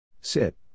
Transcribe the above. Sit